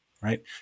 right